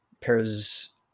pairs